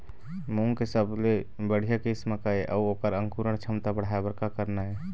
मूंग के सबले बढ़िया किस्म का ये अऊ ओकर अंकुरण क्षमता बढ़ाये बर का करना ये?